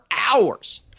hours